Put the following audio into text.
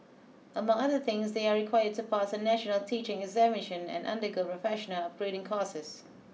among other things they are required to pass a national teaching examination and undergo professional upgrading courses